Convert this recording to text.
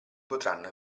potranno